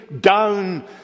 down